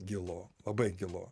gilu labai gilu